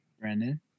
Brandon